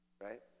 Right